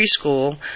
preschool